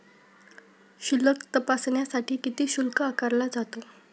शिल्लक तपासण्यासाठी किती शुल्क आकारला जातो?